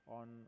on